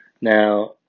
Now